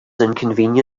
inconvenience